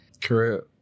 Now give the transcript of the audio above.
correct